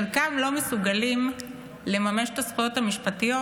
חלקם לא מסוגלים לממש את הזכויות המשפטיות